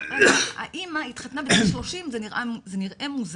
אבל האמא התחתנה בגיל 30, זה נראה מוזר,